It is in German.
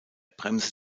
bremse